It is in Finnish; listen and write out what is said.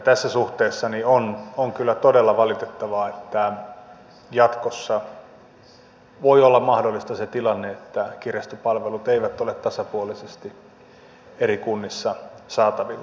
tässä suhteessa on kyllä todella valitettavaa että jatkossa voi olla mahdollista se tilanne että kirjastopalvelut eivät ole tasapuolisesti eri kunnissa saatavilla